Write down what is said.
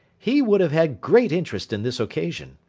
he would have had great interest in this occasion.